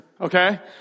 okay